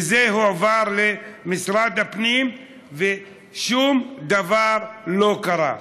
זה הועבר למשרד הפנים ושום דבר לא קרה,